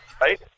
Right